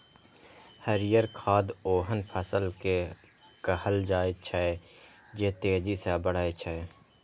हरियर खाद ओहन फसल कें कहल जाइ छै, जे तेजी सं बढ़ै छै